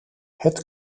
het